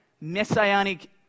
messianic